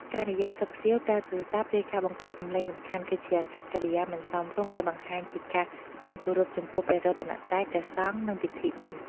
ការនិយាយខ្សឹបខ្សៀវ ប្រើទូរសព្ទ ឬការបង្កសំឡេងរំខាន គឺជាអាកប្បកិរិយាមិនសមរម្យ ដែលបង្ហាញពីការមិនគោរពចំពោះព្រះរតនត្រ័យ ព្រះសង្ឃ និងពិធីបុណ្យ។